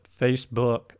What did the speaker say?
Facebook